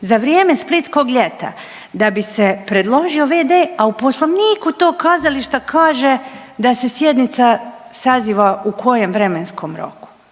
za vrijeme splitskog ljeta da bi se predložio v.d., a u poslovniku tog kazališta kaže da se sjednica saziva u kojem vremenskom roku,